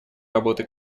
работы